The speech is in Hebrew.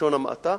בלשון המעטה,